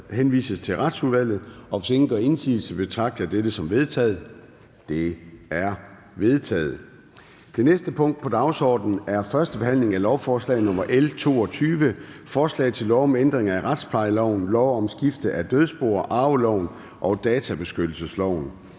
henvises til Retsudvalget. Hvis ingen gør indsigelse, betragter jeg dette som vedtaget. Det er vedtaget. --- Det næste punkt på dagsordenen er: 2) 1. behandling af lovforslag nr. L 22: Forslag til lov om ændring af retsplejeloven, lov om skifte af dødsboer, arveloven og databeskyttelsesloven.